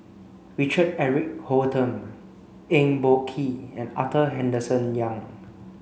Richard Eric Holttum Eng Boh Kee and Arthur Henderson Young